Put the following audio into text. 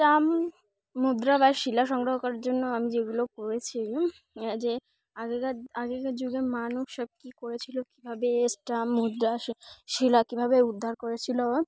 stump মুদ্রা বা শিলা সংগ্রহ করার জন্য আমি যেগুলো করেছি যে আগেকার আগেকার যুগে মানুষ সব কী করেছিলো কীভাবে স্টাম্প মুদ্রা শিলা কীভাবে উদ্ধার করেছিলো